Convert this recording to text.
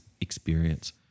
experience